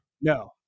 no